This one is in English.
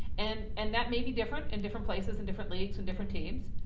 and and that may be different in different places, in different leagues, in different teams.